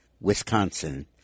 Wisconsin